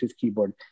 keyboard